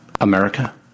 America